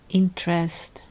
interest